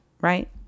right